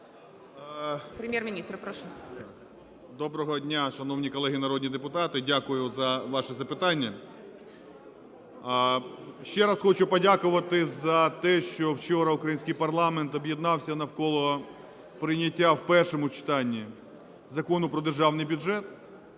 Доброго дня, шановні колеги народні депутати. Дякую за ваші запитання. Ще раз хочу подякувати за те, що вчора український парламент об'єднався навколо прийняття в першому читанні Закону про Державний бюджет.